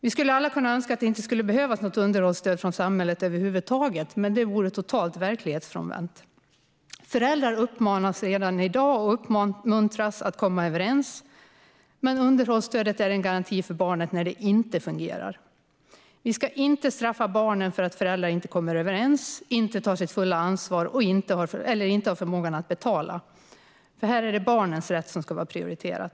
Vi kan alla önska att det inte skulle behövas något underhållsstöd från samhället över huvud taget, men det vore totalt verklighetsfrånvänt. Föräldrar uppmuntras och uppmanas redan i dag att komma överens, men underhållsstödet är en garanti för barnet när det inte fungerar. Vi ska inte straffa barnen för att föräldrar inte kommer överens, inte tar sitt fulla ansvar eller inte har förmåga att betala. Här är det barnets rätt som ska vara prioriterad.